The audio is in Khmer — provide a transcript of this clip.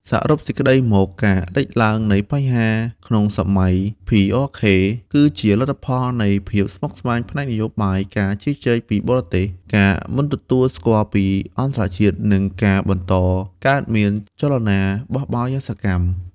សរុបសេចក្ដីមក ការលេចឡើងនៃបញ្ហាក្នុងសម័យ PRK គឺជាលទ្ធផលនៃភាពស្មុគស្មាញផ្នែកនយោបាយ ការជ្រៀតជ្រែកពីបរទេស ការមិនទទួលស្គាល់ពីអន្តរជាតិ និងការបន្តកើតមានចលនាបះបោរយ៉ាងសកម្ម។